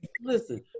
Listen